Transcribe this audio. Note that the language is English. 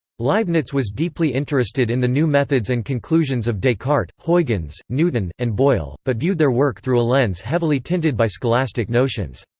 leibniz was deeply interested in the new methods and conclusions of descartes, huygens, newton, and boyle, but viewed their work through a lens heavily tinted by scholastic notions.